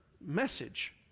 message